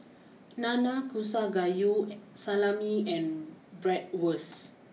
Nanakusa Gayu Salami and Bratwurst